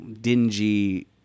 dingy